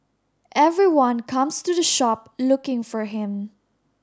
everyone comes to the shop looking for him